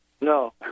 No